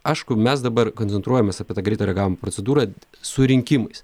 aišku mes dabar koncentruojamės apie tą greito reagavimo procedūrą su rinkimais